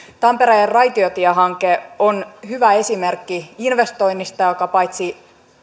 tampereen raitiotiehanke on hyvä esimerkki investoinnista joka paitsi